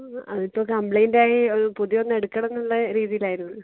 ആ അതിപ്പോൾ കംപ്ലൈൻറ്റ് ആയി ഒ പുതിയതൊന്ന് എടുക്കണമെന്നുള്ള രീതിയിലായിരുന്നു